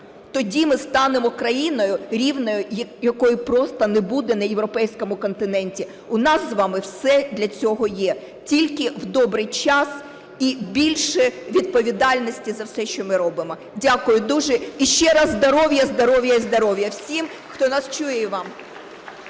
тоді ми станемо країною, рівних якій просто не буде на Європейському континенті. У нас з вами все для цього є. Тільки в добрий час і більше відповідальності за все, що ми робимо. Дякую дуже. І ще раз здоров'я-здоров'я всім, хто нас чує і вам.